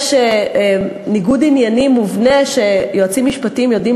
יש ניגוד עניינים מובנה שיועצים משפטיים יודעים